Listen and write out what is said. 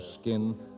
skin